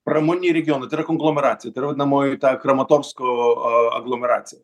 pramoniniai regionai tai yra konglomeracija tai yra vadinamoji ta kramatorsko aglomeracija